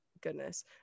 goodness